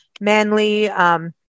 Manly